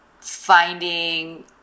finding